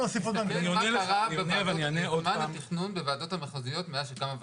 תסתכל מה קרה בוועדות התכנון בוועדות המחוזיות מאז שקם הוותמ"ל,